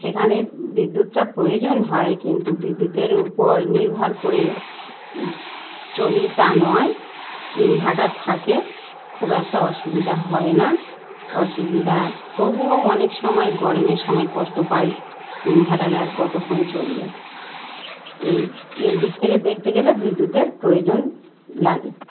সেখানে বিদ্যুৎটা প্রয়োজন হয় কিন্তু বিদ্যুতের উপর নির্ভর করে চলি তা নয় ইনভার্টার থাকে খুব একটা অসুবিধা হয় না অসুবিধা তবুও অনেক সময় গরমের সময় কষ্ট পাই ইনভার্টারে আর কতক্ষণ চলবে এই এই দিক থেকে দেখতে গেলে বিদ্যুতের প্রয়োজন লাগে